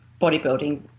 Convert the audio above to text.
bodybuilding